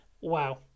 Wow